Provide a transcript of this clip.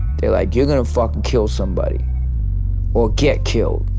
they're like you're gonna fucking kill somebody or get killed,